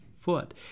foot